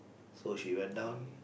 so she went down